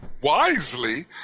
wisely